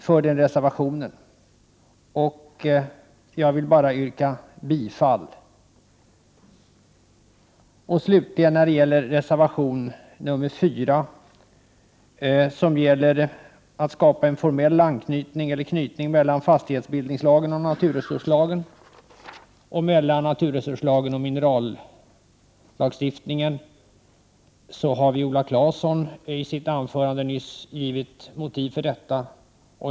Jag vill bara yrka bifall till reservation 3. Slutligen när det gäller reservation nr 4, som handlar om att skapa en formell anknytning mellan fastighetsbildningslagen och naturresurslagen samt mellan naturresurslagen och minerallagstiftningen, har Viola Claesson i sitt anförande nyss givit motiv för detta.